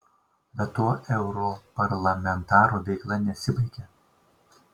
bet tuo europarlamentaro veikla nesibaigia